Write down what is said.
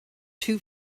too